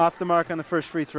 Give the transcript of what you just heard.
off the mark on the first